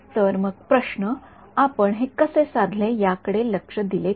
तर मग प्रश्न आपण हे कसे साधले याकडे लक्ष दिले तर